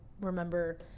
remember –